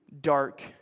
dark